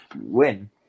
win